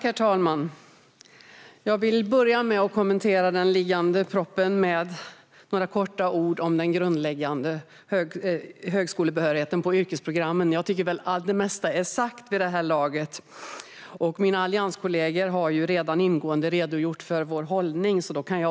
Herr talman! Jag vill börja med att kommentera den liggande propositionen om den grundläggande högskolebehörigheten på yrkesprogrammen. Det mesta är sagt vid det här lagt. Mina allianskollegor har ju redan ingående redogjort för vår hållning.